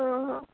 হু হু